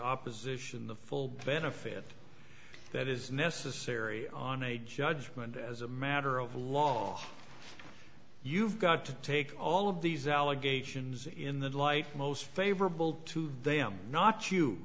opposition the full benefit that is necessary on a judgment as a matter of law you've got to take all of these allegations in the light most favorable to them not